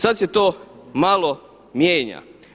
Sada se to malo mijenja.